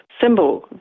symbol